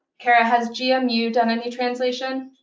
kara, has gmu done any translation?